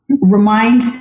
remind